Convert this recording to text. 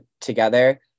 together